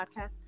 podcast